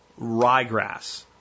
ryegrass